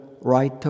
right